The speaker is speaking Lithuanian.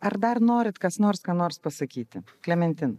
ar dar norit kas nors ką nors pasakyti klementina